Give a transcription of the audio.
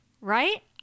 right